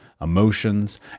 emotions